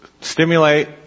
stimulate